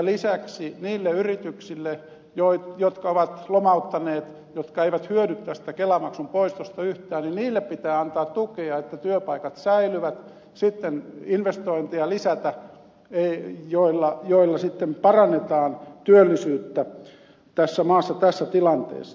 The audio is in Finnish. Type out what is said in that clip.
lisäksi niille yrityksille jotka ovat lomauttaneet ja jotka eivät hyödy tästä kelamaksun poistosta yhtään pitää antaa tukea että työpaikat säilyvät ja sitten lisätä investointeja joilla parannetaan työllisyyttä tässä maassa tässä tilanteessa